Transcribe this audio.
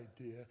idea